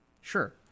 Sure